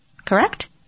Correct